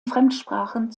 fremdsprachen